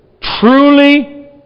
truly